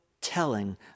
telling